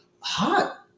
hot